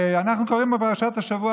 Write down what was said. אנחנו קוראים בפרשת השבוע,